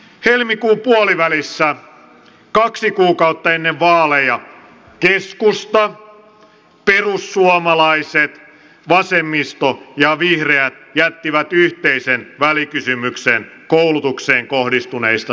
helmikuun puolivälissä kaksi kuukautta ennen vaaleja keskusta perussuomalaiset vasemmisto ja vihreät jättivät yhteisen välikysymyksen koulutukseen kohdistuneista säästöistä